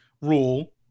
rule –